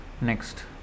Next